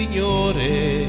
Signore